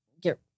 get